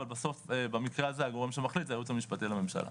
אבל בסוף במקרה הזה הגורם שמחליט זה הייעוץ המשפטי לממשלה.